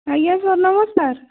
ଆଜ୍ଞା ସାର୍ ନମସ୍କାର